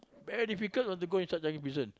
very difficult you know to go inside Changi Prison